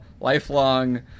lifelong